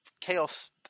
chaos